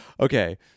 okay